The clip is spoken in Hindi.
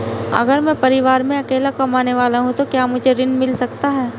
अगर मैं परिवार में अकेला कमाने वाला हूँ तो क्या मुझे ऋण मिल सकता है?